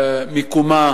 מיקומה